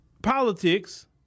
politics